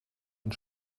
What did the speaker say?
und